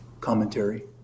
commentary